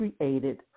created